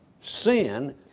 sin